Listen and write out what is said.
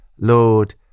Lord